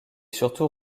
surtout